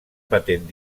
patent